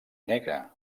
negre